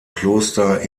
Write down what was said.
kloster